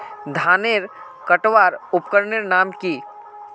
धानेर कटवार उपकरनेर नाम की?